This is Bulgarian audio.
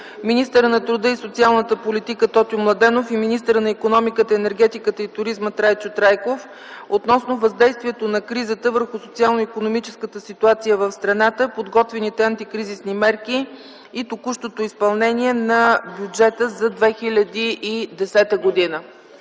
министъра на труда и социалната политика Тотю Младенов и министъра на икономиката, енергетиката и туризма Трайчо Трайков относно въздействието на кризата върху социално-икономическата ситуация в страната, подготвените антикризисни мерки и текущото изпълнение на бюджета за 2010 г.